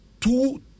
two